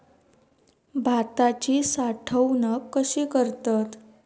भाताची साठवूनक कशी करतत?